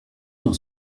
dans